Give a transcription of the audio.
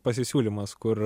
pasisiūlymas kur